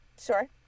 Sure